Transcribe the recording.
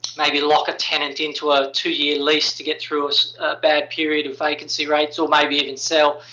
maybe lock a tenant into a two year lease to get through a bad period of vacancy rates or maybe even sell.